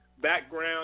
background